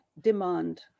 demand